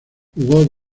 jugó